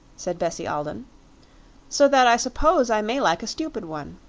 said bessie alden so that i suppose i may like a stupid one.